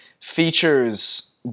features